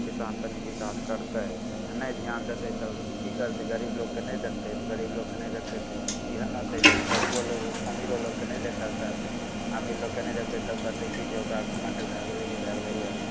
किसान तनि विकास करतै आओर नहि धिआन देतै तब कि करतै गरीब लोकके नहि देखतै तऽ गरीब लोकके नहि देखतै तऽ इएह ने होतै जे गरीबो लोक अमीरो लोकके नहि देखैले चाहतै अमीर लोकके नहि देखतै तब कहतै कि जे ओकरा घमण्ड भै गेलै ई भै गेलै ओ भै गेलै